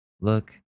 look